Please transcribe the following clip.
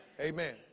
Amen